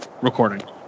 recording